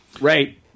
Right